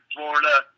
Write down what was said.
Florida